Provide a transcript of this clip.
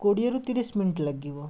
କୋଡ଼ିଏରୁ ତିରିଶି ମିନିଟ୍ ଲାଗିବ